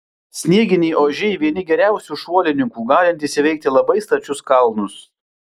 snieginiai ožiai vieni geriausių šuolininkų galintys įveikti labai stačius kalnus